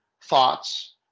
thoughts